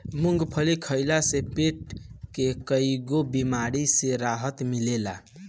मूंगफली खइला से पेट के कईगो बेमारी से राहत मिलेला